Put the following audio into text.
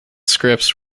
scripts